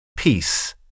Peace